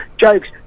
jokes